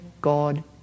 God